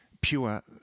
pure